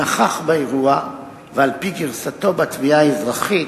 נכח באירוע, ועל-פי גרסתו בתביעה האזרחית,